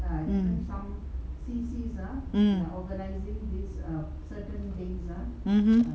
mm mm mmhmm